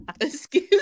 excuse